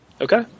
Okay